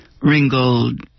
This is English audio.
Ringgold